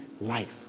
life